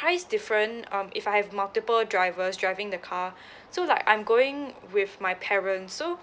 price different um if I have multiple drivers driving the car so like I'm going with my parents so